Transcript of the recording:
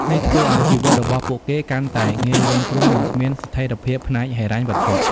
នេះធ្វើឱ្យជីវិតរបស់ពួកគេកាន់តែងាយរងគ្រោះ និងគ្មានស្ថិរភាពផ្នែកហិរញ្ញវត្ថុ។